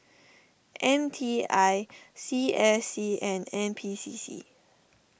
M T I C S C and N P C C